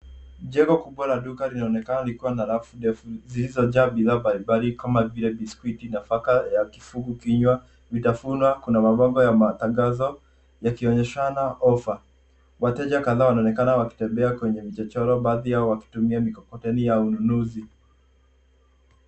Jengo kubwa la Duka linaonekana likiwa na rafu ndefu zilizo jaa bidhaa mbalimbali kama vile biskuiti nafaka ya kifungu kinywa. Kuna mabango ya matangazo yakionyesha ofa. Wateja kadhaa wanaonekana wakitembea kwenye vichochoro baadhi yao wakitumia mikokoteni ya ununuzi.